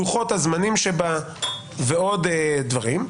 לוחות הזמנים שבה ועוד דברים.